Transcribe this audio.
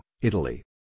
Italy